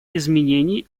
изменений